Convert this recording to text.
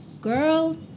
girl